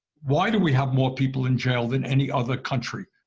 why do we have more people in jail than any other country?